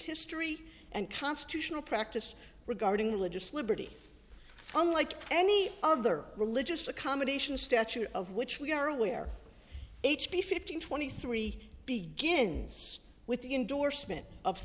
history and constitutional practice regarding religious liberty unlike any other religious accommodation statute of which we are aware h b fifteen twenty three begins with the endorsement